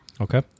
Okay